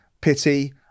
pity